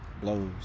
blows